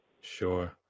Sure